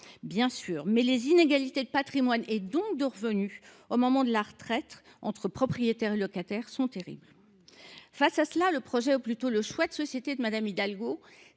un choix, mais les inégalités de patrimoine et donc de revenu au moment de la retraite entre propriétaires et locataires sont terribles. Face à cela, le projet, ou plutôt le choix de société de Mme Hidalgo